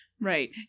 Right